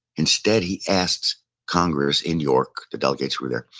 instead, he asked congress in york, the delegates who were there,